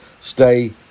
Stay